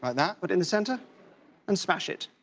um that but in the center and smash it.